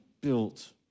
built